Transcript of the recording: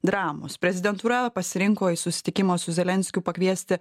dramos prezidentūra pasirinko į susitikimą su zelenskiu pakviesti